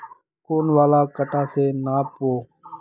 कौन वाला कटा से नाप बो?